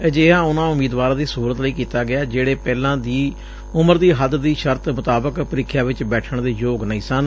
ਅਜਿਹਾ ਉਨਾਂ ਉਮੀਦਵਾਰਾਂ ਦੀ ਸਹੁਲਤ ਲਈ ਕੀਤਾ ਗਿਐ ਜਿਹੜੇ ਪਹਿਲਾਂ ਦੀ ਉਮਰ ਦੀ ਹੱਦ ਦੀ ਸ਼ਰਤ ਮੁਤਾਬਕ ਪ੍ਰੀਖਿਆ ਵਿਚ ਬੈਠਣ ਦੇ ਯੋਗ ਨਹੀਂ ਸਨ